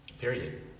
Period